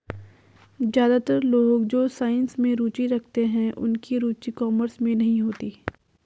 ज्यादातर लोग जो साइंस में रुचि रखते हैं उनकी रुचि कॉमर्स में नहीं होती